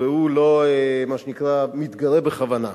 והוא לא מה שנקרא מתגרה בכוונה.